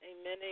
amen